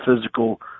physical